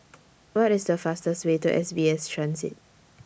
What IS The fastest Way to S B S Transit